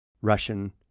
Russian